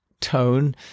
tone